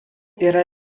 yra